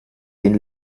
den